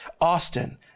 Austin